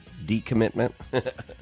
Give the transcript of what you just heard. decommitment